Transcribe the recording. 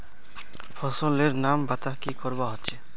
फसल लेर नाम बता की करवा होचे?